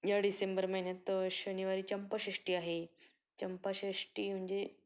या डिसेंबर महिन्यात शनिवारी चंपाषष्ठी आहे चंपाषष्ठी म्हणजे